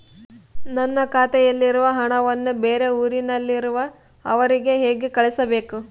ನನ್ನ ಖಾತೆಯಲ್ಲಿರುವ ಹಣವನ್ನು ಬೇರೆ ಊರಿನಲ್ಲಿರುವ ಅವರಿಗೆ ಹೇಗೆ ಕಳಿಸಬೇಕು?